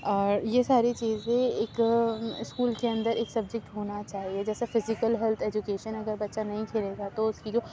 اور یہ ساری چیزیں ایک اسکول کے اندر ایک سبجیکٹ ہونا چاہیے جیسا فیزیکل ہیلتھ ایجوکیشن اگر بچہ نہیں کھیلے گا تو اس کی جو